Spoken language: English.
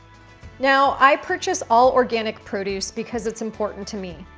now i purchase all organic produce because it's important to me.